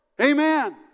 Amen